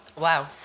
wow